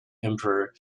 emperor